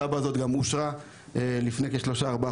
התב"ע הזאת אושרה לפני כשלושה-ארבעה